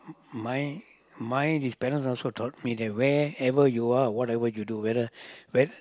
my my this parent also taught me that wherever you are whatever you do whether